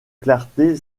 clarté